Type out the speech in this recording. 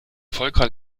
volker